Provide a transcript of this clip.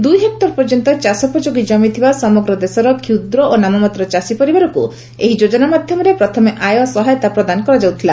ଦୁଇ ହେକ୍ଟର ପର୍ଯ୍ୟନ୍ତ ଚାଷୋପଯୋଗୀ କମି ଥିବା ସମଗ୍ର ଦେଶର କ୍ଷୁଦ୍ର ଓ ନାମମାତ୍ର ଚାଷୀ ପରିବାରକୁ ଏହି ଯୋଜନା ମାଧ୍ୟମରେ ପ୍ରଥମେ ଆୟ ସହାୟତା ପ୍ରଦାନ କରାଯାଉଥିଲା